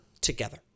together